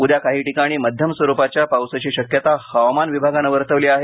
उद्या काही ठिकाणी मध्यम स्वरूपाच्या पावसाची शक्यता हवामान विभागानं वर्तवली आहे